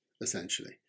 essentially